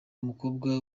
umukobwa